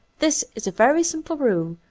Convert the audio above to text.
this is a very simple rule,